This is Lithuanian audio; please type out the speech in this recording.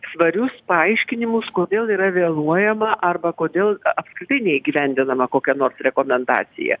svarius paaiškinimus kodėl yra vėluojama arba kodėl apskritai neįgyvendinama kokia nors rekomendacija